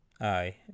Aye